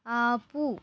ఆపు